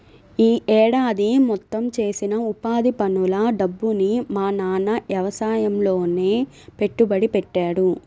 యీ ఏడాది మొత్తం చేసిన ఉపాధి పనుల డబ్బుని మా నాన్న యవసాయంలోనే పెట్టుబడి పెట్టాడు